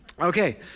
Okay